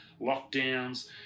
lockdowns